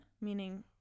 meaning